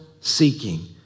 seeking